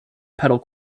pedal